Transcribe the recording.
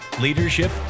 leadership